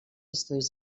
estudis